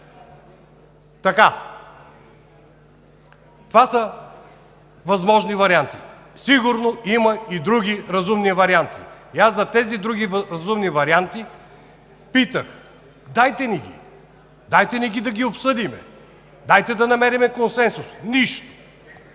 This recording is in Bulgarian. Така. Това са възможни варианти. Сигурно има и други разумни варианти. Аз за тези други разумни варианти питах: дайте ни ги, дайте ни ги да ги обсъдим, дайте да намерим консенсус! Нищо.